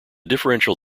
differential